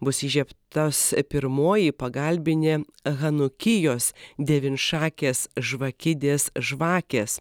bus įžiebtos pirmoji pagalbinė hanukijos devynšakės žvakidės žvakės